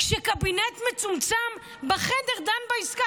כשקבינט מצומצם בחדר דן בעסקה?